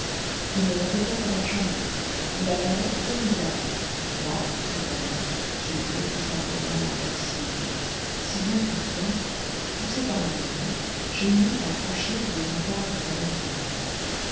il ne vantait pas sa marchandise il la vendait comme il l'avait moi cependant je voulais tout simplement l'impossible si bien qu'un soir poussé par mon envie je me mis à franchir les remparts du palais impérial